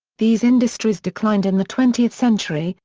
these industries declined in the twentieth century,